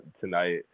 tonight